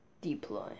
deploy